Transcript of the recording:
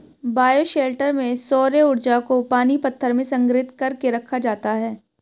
bioshelter में सौर्य ऊर्जा को पानी पत्थर में संग्रहित कर के रखा जाता है